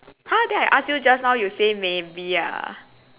!huh! then I ask you just now you say maybe ah